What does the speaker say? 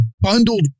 bundled